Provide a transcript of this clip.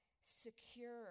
secure